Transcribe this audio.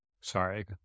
sorry